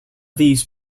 these